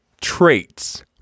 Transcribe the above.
traits